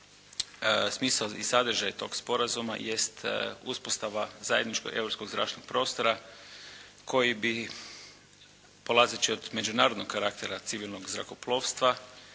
smisao i sadržaj tog sporazuma jest uspostava zajedničkog europskog zračnog prostora koji bi polazeći od međunarodnog karaktera civilnog zrakoplovstva,